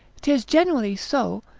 tis generally so,